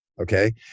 okay